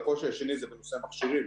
הקושי השני זה בנושא המכשירים,